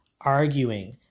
arguing